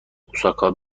اوساکا